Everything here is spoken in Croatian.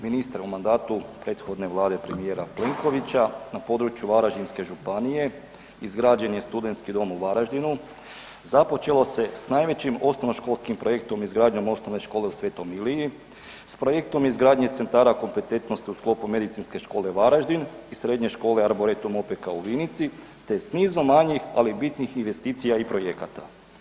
Ministre, u mandatu prethodne Vlade premijera Plenkovića, na području Varaždinske županije izgrađen je studentski dom u Varaždinu, započelo se s najvećim osnovnoškolskim projektom izgradnje Osnovne škole u Svetom Iliji, s projektom izgradnje centara kompetentnosti u sklopu Medicinske škole Varaždin i Srednje škole „Arboretum Opeka“ u Vinici te s nizom manjih ali bitnih investicija i projekata.